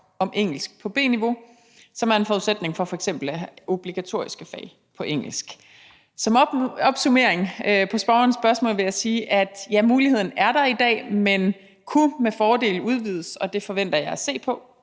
om engelsk på B-niveau, som er en forudsætning for f.eks. obligatoriske fag på engelsk. Som opsummering på spørgerens spørgsmål vil jeg sige: Ja, muligheden er der i dag, men kunne med fordel udvides, og det forventer jeg at se på